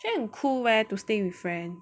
觉得很酷 eh to stay with friend